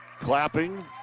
clapping